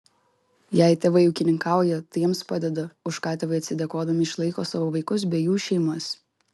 jei tėvai ūkininkauja tai jiems padeda už ką tėvai atsidėkodami išlaiko savo vaikus bei jų šeimas